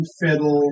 fiddle